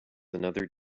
another